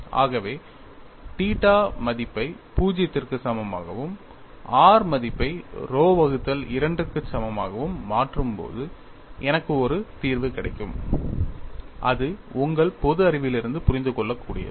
ஆகவே θ மதிப்பை 0 க்கு சமமாகவும் r மதிப்பை rho வகுத்தல் 2 க்கு சமமாகவும் மாற்றும்போது எனக்கு ஒரு தீர்வு கிடைக்கும் இது உங்கள் பொது அறிவிலிருந்து புரிந்து கொள்ளக் கூடியது